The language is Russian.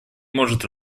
может